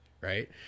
right